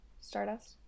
stardust